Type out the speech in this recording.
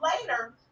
later